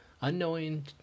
Unknowing